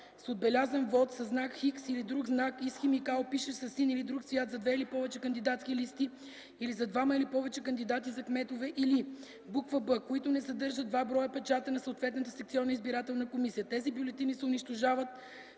с отбелязан вот със знак „Х” или друг знак и с химикал, пишещ със син или друг цвят за две или повече кандидатски листи или за двама или повече кандидати за кметове, или б) които не съдържат два броя печата на съответната секционна избирателна комисия; тези бюлетини се унищожават